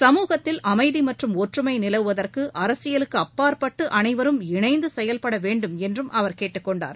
சமூகத்தில் அமைதி மற்றும் ஒற்றுமை நிலவுவதற்கு அரசியலுக்கு அப்பாற்பட்டு அனைவரும் இணைந்து செயல்படவேண்டும் என்றும் அவர் கேட்டுக்கொண்டார்